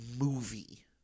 movie